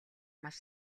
маш